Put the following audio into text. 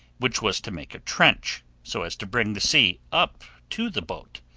which was to make a trench, so as to bring the sea up to the boat,